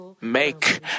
make